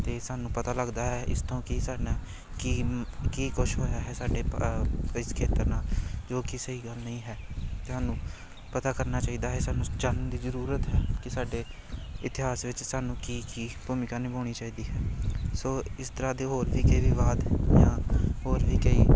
ਅਤੇ ਸਾਨੂੰ ਪਤਾ ਲੱਗਦਾ ਹੈ ਇਸ ਤੋਂ ਕਿ ਸਾਡੇ ਨਾਲ ਕੀ ਕੀ ਕੁਛ ਹੋਇਆ ਹੈ ਸਾਡੇ ਪ ਇਸ ਖੇਤਰ ਨਾਲ ਜੋ ਕਿ ਸਹੀ ਗੱਲ ਨਹੀਂ ਹੈ ਤੁਹਾਨੂੰ ਪਤਾ ਕਰਨਾ ਚਾਹੀਦਾ ਹੈ ਸਾਨੂੰ ਚੰਨ ਦੀ ਜ਼ਰੂਰਤ ਹੈ ਕਿ ਸਾਡੇ ਇਤਿਹਾਸ ਵਿੱਚ ਸਾਨੂੰ ਕੀ ਕੀ ਭੂਮਿਕਾ ਨਿਭਾਉਣੀ ਚਾਹੀਦੀ ਹੈ ਸੋ ਇਸ ਤਰ੍ਹਾਂ ਦੇ ਹੋਰ ਵੀ ਜੇ ਵਿਵਾਦ ਜਾਂ ਬਾਅਦ ਹੋਰ ਵੀ ਕਈ